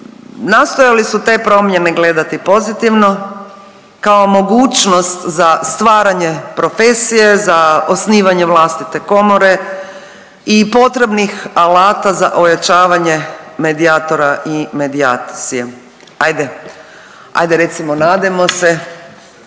nastojali su te promjene gledati pozitivno kao mogućnost za stvaranje profesije, za osnivanje vlastite komore i potrebnih alata za ojačavanje medijatora i medijacije. Ajde, ajde recimo nadajmo se